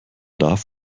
darf